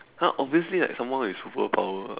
!huh! obviously like someone with superpower